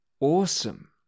awesome